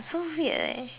so weird leh